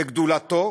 בגדולתו,